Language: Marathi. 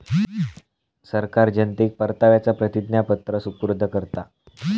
सरकार जनतेक परताव्याचा प्रतिज्ञापत्र सुपूर्द करता